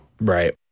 Right